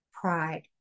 pride